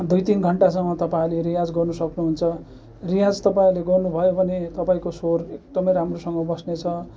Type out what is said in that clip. दुई तिन घन्टासम्म तपाईँहरूले रियाज गर्न सक्नुहुन्छ रियाज तपाईँहरूले गर्नु भयो भने तपाईँको स्वर एकदमै राम्रोसँग बस्ने छ